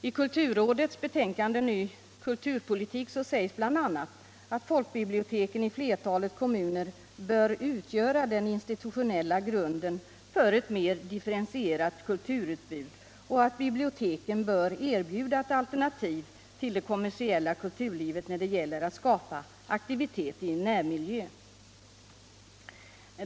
I kulturrådets betänkande Ny kulturpolitik sägs bl.a. att folkbiblioteken i flertalet kommuner bör utgöra den institutionella grunden för ett mer differentierat kulturutbud och att biblioteken bör erbjuda ett alternativ till det kommersiella kulturlivet när det gäller att skapa aktivitet i närmiljö.